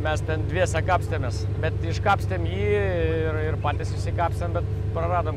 mes ten dviese kapstėmės bet iškapstėm jį ir ir patys išsikapstėm bet praradom